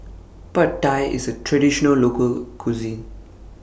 Pad Thai IS A Traditional Local Cuisine